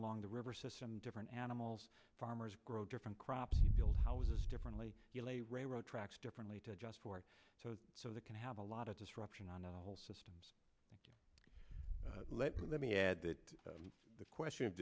along the river system different animals farmers grow different crops build houses differently you lay railroad tracks differently to adjust for it so so that can have a lot of disruption on a whole systems let me let me add that the question of